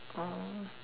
oh